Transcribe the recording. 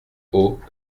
haut